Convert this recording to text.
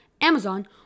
amazon